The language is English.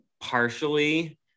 partially